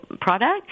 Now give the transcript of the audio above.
product